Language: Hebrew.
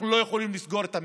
אנחנו לא יכולים לסגור את המשק,